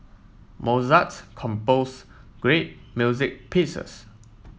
Mozart compose great music pieces